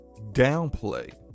downplay